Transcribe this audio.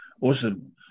awesome